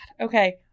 Okay